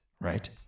right